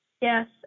Yes